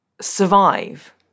survive